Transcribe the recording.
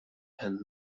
and